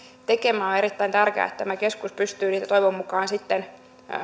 tekemään on erittäin tärkeää että tämä keskus pystyy niihin toivon mukaan sitten